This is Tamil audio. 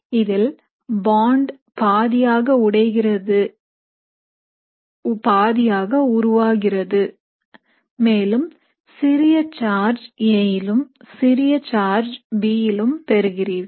இதில் bond பாதியாக உடைகிறது பாதியாக உருவாகிறது மேலும் சிறிய சார்ஜ் A யிலும் சிறிய சார்ஜ் B யிலும் பெறுகிறீர்கள்